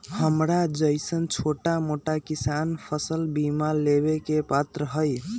हमरा जैईसन छोटा मोटा किसान फसल बीमा लेबे के पात्र हई?